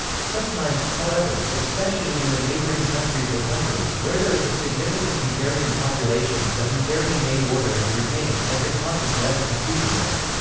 sometimes, however, especially in the neighbouring countries of hungary where there is a significant hungarian population the hungarian name order is retained, as it causes less confusion there.